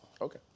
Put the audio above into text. okay